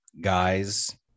guys